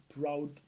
proud